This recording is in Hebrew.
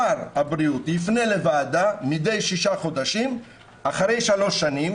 שר הבריאות יפנה לוועדה מדי שישה חודשים אחרי שלוש שנים